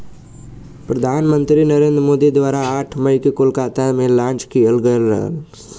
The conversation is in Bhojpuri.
प्रधान मंत्री नरेंद्र मोदी द्वारा आठ मई के कोलकाता में लॉन्च किहल गयल रहल